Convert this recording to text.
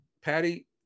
patty